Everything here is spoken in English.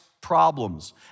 problems